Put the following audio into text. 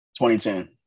2010